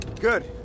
Good